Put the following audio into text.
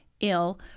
ill